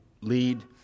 lead